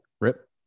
Rip